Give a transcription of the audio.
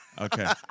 Okay